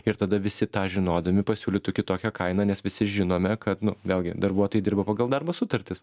ir tada visi tą žinodami pasiūlytų kitokią kainą nes visi žinome kad nu vėlgi darbuotojai dirba pagal darbo sutartis